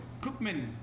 Cookman